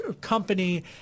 company